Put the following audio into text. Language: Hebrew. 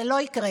זה לא יקרה.